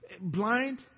blind